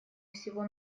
всего